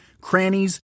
crannies